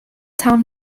town